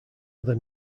other